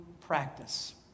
practice